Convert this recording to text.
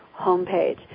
homepage